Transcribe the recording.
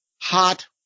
hot